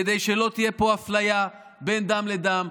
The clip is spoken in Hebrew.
כדי שלא תהיה פה אפליה בין דם לדם.